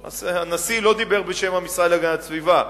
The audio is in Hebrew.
הנשיא לא דיבר בשם המשרד להגנת הסביבה,